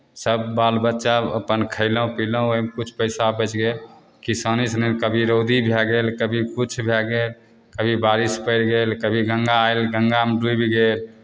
सब बाल बच्चा अपन खएलहुँ पिलहुँ ओहिमे किछु पइसा बचि गेल किसानीसे नहि ने कभी रौदी भै गेल कभी किछु भै गेल कभी बारिश पड़ि गेल कभी गङ्गा आएल गङ्गामे डुबि गेल